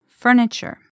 Furniture